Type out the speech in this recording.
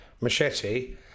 machete